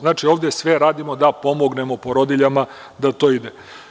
Znači, ovde sve radimo da pomognemo porodiljama da to ide.